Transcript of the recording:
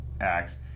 Acts